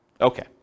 Okay